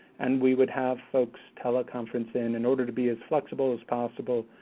and we would have folks teleconference in, in order to be as flexible as possible,